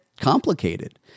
complicated